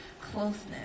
closeness